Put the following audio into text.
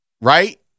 Right